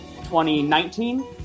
2019